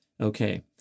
Okay